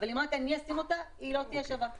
אבל אם רק אני אשים אותה היא לא תהיה שווה.